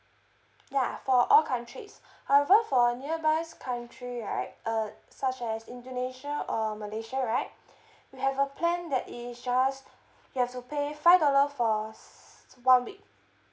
ya for all countries however for nearby country right uh such as indonesia or malaysia right we have a plan that is just you have to pay five dollar for s~ one week